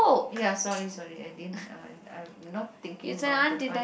ya sorry sorry I didn't uh ah not thinking of the